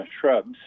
shrubs